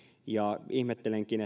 ja ihmettelenkin